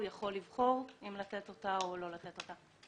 הוא יכול לבחור אם לתת או לא לתת אותה.